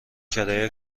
کرایه